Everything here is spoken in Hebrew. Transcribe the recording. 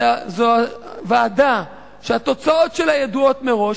זאת ועדה שהתוצאות שלה ידועות מראש,